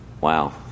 Wow